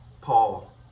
Paul